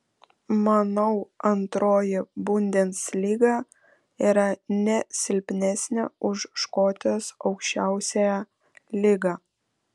manau antroji bundeslyga yra ne silpnesnė už škotijos aukščiausiąją lygą